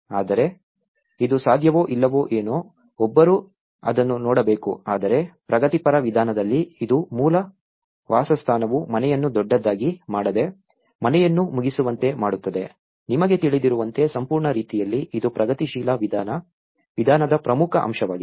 ಆದರೆ ಇದು ಸಾಧ್ಯವೋ ಇಲ್ಲವೋ ಏನೋ ಒಬ್ಬರು ಅದನ್ನು ನೋಡಬೇಕು ಆದರೆ ಪ್ರಗತಿಪರ ವಿಧಾನದಲ್ಲಿ ಇದು ಮೂಲ ವಾಸಸ್ಥಾನವು ಮನೆಯನ್ನು ದೊಡ್ಡದಾಗಿ ಮಾಡದೆ ಮನೆಯನ್ನು ಮುಗಿಸುವಂತೆ ಮಾಡುತ್ತದೆ ನಿಮಗೆ ತಿಳಿದಿರುವಂತೆ ಸಂಪೂರ್ಣ ರೀತಿಯಲ್ಲಿ ಇದು ಪ್ರಗತಿಶೀಲ ವಿಧಾನದ ಪ್ರಮುಖ ಅಂಶವಾಗಿದೆ